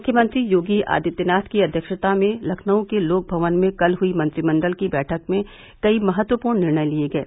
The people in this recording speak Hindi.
मुख्यमंत्री योगी आदित्यनाथ की अध्यक्षता में लखनऊ के लोक भवन में कल हुई मंत्रिमंडल की बैठक में कई महत्वपूर्ण निर्णय लिये गये